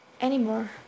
anymore